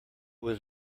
was